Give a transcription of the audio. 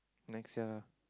next year lah